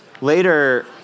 Later